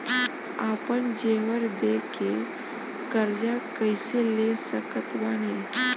आपन जेवर दे के कर्जा कइसे ले सकत बानी?